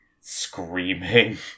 screaming